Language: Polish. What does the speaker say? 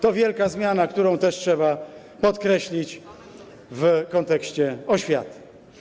To wielka zmiana, którą też trzeba podkreślić w kontekście oświaty.